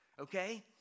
Okay